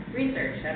research